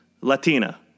Latina